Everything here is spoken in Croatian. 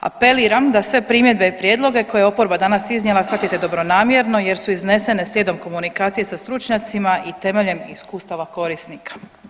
Apeliram da sve primjedbe i prijedloge koje je oporba danas iznijela shvatite dobronamjerno jer su iznesene slijedom komunikacije sa stručnjacima i temeljem iskustava korisnika.